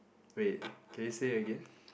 wait can you say that again